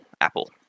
Apple